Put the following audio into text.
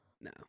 No